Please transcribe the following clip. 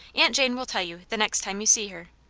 aunt jane will tell you, the next time you see her.